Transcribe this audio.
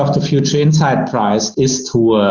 of the future insight prize is to